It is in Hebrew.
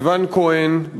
סיון כהן,